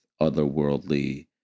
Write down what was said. otherworldly